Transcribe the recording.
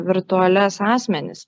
virtualias asmenis